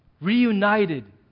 reunited